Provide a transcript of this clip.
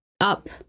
up